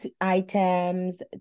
items